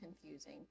confusing